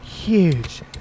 huge